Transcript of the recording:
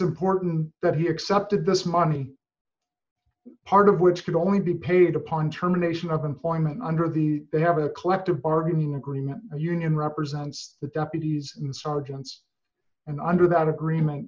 important that he accepted this money part of which can only be paid upon terminations of employment under the they have a collective bargaining agreement a union represents the deputies insurgents and under that agreement